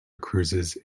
cruises